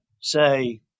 say